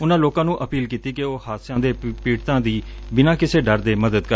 ਉਨਾਂ ਲੋਕਾਂ ਨੂੰ ਅਪੀਲ ਕੀਤੀ ਕਿ ਉਹ ਹਾਦਸਿਆਂ ਦੇ ਪੀੜਤਾਂ ਦੀ ਬਿਨਾਂ ਕਿਸੇ ਡਰ ਦੇ ਮਦਦ ਕਰਨ